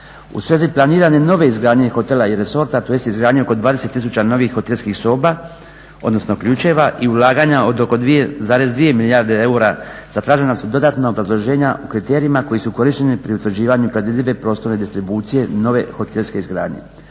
U svezi planirane nove izgradnje hotela i resorta tj. izgradnje oko 20 tisuća novih hotelskih soba, odnosno ključeva i ulaganja od oko 2,2 milijarde eura zatražena su dodatna obrazloženja o kriterijima koji su korišteni pri utvrđivanju predvidljive prostorne distribucije nove hotelske izgradnje.